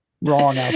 wrong